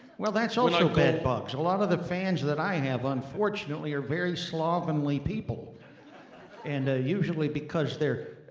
well that's also bedbugs a lot of the fans that i have unfortunately are very slovenly people and usually because they're,